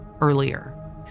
earlier